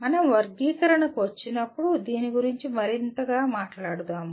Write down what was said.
మనం వర్గీకరణకు వచ్చినప్పుడు దీని గురించి మరింత మాట్లాడుతాము